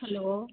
hello